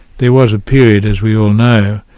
there was a period, as we all know,